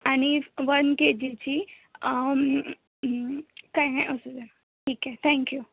आणि one K जीची काही नाही असू द्या ठीक आहे थँक्यू